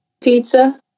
Pizza